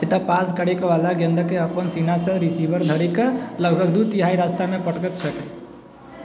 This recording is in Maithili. एतऽ पास करएवला गेन्दके अपन सीनासँ रिसीवर धरिक लगभग दू तिहाइ रास्तामे पटकैत छैक